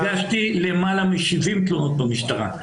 הגשתי למעלה מ-70 תלונות במשטרה.